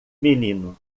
menino